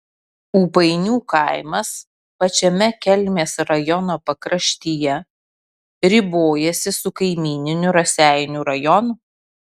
ūpainių kaimas pačiame kelmės rajono pakraštyje ribojasi su kaimyniniu raseinių rajonu